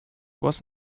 was